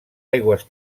aigües